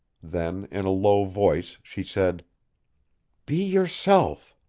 then in a low voice she said be yourself.